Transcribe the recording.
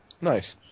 Nice